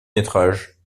métrages